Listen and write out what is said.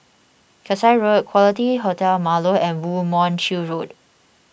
Kasai Road Quality Hotel Marlow and Woo Mon Chew Road